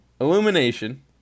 Illumination